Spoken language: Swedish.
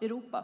Europa.